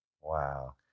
Wow